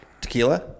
Tequila